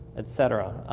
et cetera.